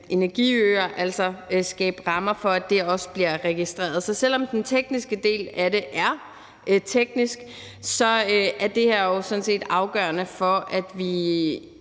her energiøer, altså skaber rammer for, at det også bliver registreret. Så selv om den tekniske del af det er teknisk, er det her jo sådan set afgørende for, at vi